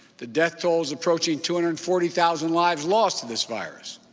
the death toll is approaching two hundred and forty thousand lives lost to this virus.